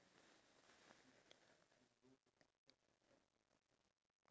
fur the wool from the sheep that's why